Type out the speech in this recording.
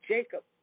Jacob